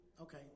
okay